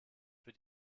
für